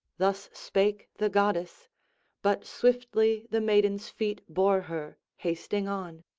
thus spake the goddess but swiftly the maiden's feet bore her, hasting on.